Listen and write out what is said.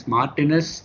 Martinez